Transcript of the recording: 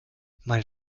mein